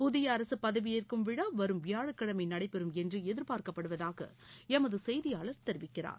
புதிய அரசு பதவியேற்கும் விழா வரும் வியாழக்கிழமை நடைபெறும் என்று எதிர்பார்க்கப்படுவதாக எமது செய்தியாளர் தெரிவிக்கிறார்